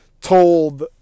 told